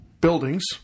buildings